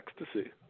ecstasy